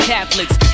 Catholics